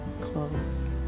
close